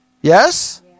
yes